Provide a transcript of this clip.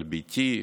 על בתי,